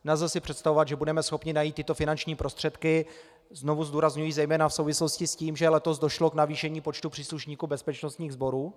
Nelze si představovat, že budeme schopni tyto finanční prostředky najít znovu zdůrazňuji, zejména v souvislosti s tím, že letos došlo k navýšení počtu příslušníků bezpečnostních sborů.